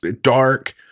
dark